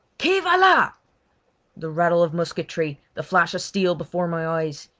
qui va la the rattle of musketry, the flash of steel before my eyes.